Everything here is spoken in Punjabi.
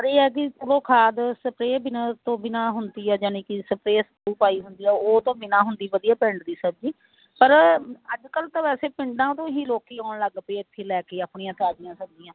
ਪਰ ਇਹ ਆ ਕੀ ਚਲੋ ਖਾਦ ਸਪਰੇਅ ਬਿਨਾਂ ਤੋਂ ਬਿਨਾਂ ਹੁੰਦੀ ਆ ਜਾਨੀ ਕਿ ਸਪਰੇਅ ਸਪਰੁਅ ਪਾਈ ਹੁੰਦੀ ਆ ਉਹ ਤੋਂ ਬਿਨਾਂ ਹੁੰਦੀ ਵਧੀਆ ਪਿੰਡ ਦੀ ਸਬਜ਼ੀ ਪਰ ਅੱਜ ਕੱਲ੍ਹ ਤਾਂ ਵੈਸੇ ਪਿੰਡਾਂ ਤੋਂ ਹੀ ਲੋਕੀ ਆਉਣ ਲੱਗ ਪਏ ਇੱਥੇ ਲੈ ਕੇ ਆਪਣੀਆਂ ਤਾਜ਼ੀਆਂ ਸਬਜ਼ੀਆਂ